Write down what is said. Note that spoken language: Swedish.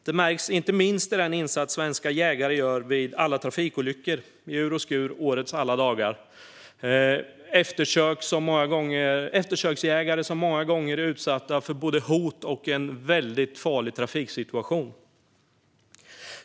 Det märks inte minst i den insats som svenska jägare gör vid alla trafikolyckor i ur och skur under årets alla dagar. Eftersöksjägare utsätts många gånger för hot och en väldigt farlig trafiksituation.